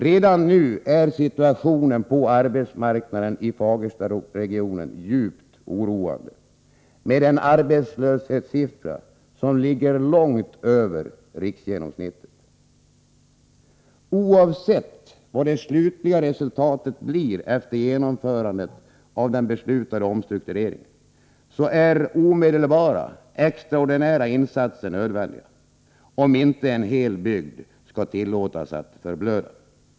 Redan nu är situationen på arbetsmarknaden i Fagerstaregionen djupt oroande med en arbetslöshetssiffra långt över riksgenomsnittet. Oavsett vad det slutliga resultatet blir efter ett genomförande av den beslutade omstruktureringen är omedelbara extraordinära insatser nödvändiga, om inte en hel byggd skall tillåtas att förblöda.